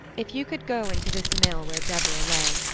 if you could go into this mill where deborah lay,